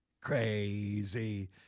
crazy